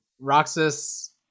roxas